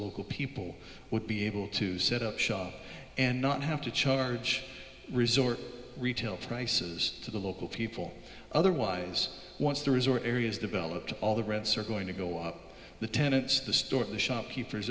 local people would be able to set up shop and not have to charge resort retail prices to the local people otherwise once the resort areas developed all the reds are going to go up the tenets the store the shopkeepers